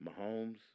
Mahomes